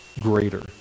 greater